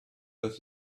that